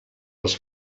els